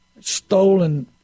stolen